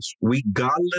regardless